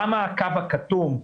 למה בקו הכתום,